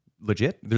Legit